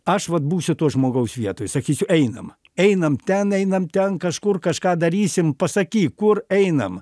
aš vat būsiu to žmogaus vietoj sakysiu einam einam ten einam ten kažkur kažką darysim pasakyk kur einam